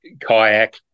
kayak